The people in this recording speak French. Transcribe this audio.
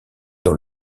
dans